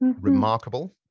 remarkable